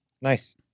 Nice